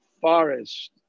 Forest